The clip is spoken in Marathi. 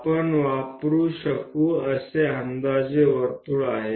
आपण वापरु शकू असे अंदाजे वर्तुळ आहे